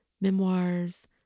memoirs